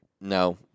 No